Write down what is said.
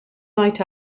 night